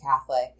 Catholic